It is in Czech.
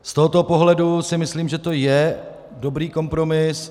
Z tohoto pohledu si myslím, že to je dobrý kompromis.